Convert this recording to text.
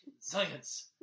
Science